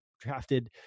drafted